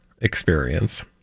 experience